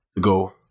go